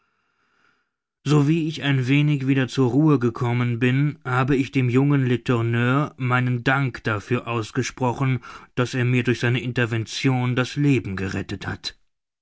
ich ein wenig wieder zur ruhe gekommen bin habe ich dem jungen letourneur meinen dank dafür ausgesprochen daß er mir durch seine intervention das leben gerettet hat